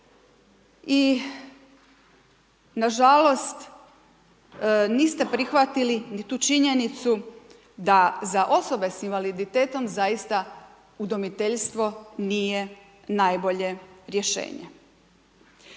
i nažalost niste prihvatili ni tu činjenicu da za osobe s invaliditetom zaista udomiteljstvo nije najbolje rješenje.